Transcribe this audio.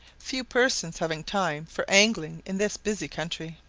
few persons having time for angling in this busy country.